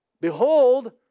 Behold